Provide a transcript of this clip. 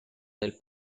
del